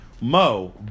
Mo